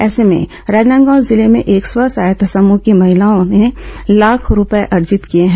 ऐसे में राजनांदगांव जिले में एक स्व सहायता समूह की महिलाओं ने लाखों रुपये अर्जित किये हैं